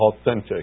authentic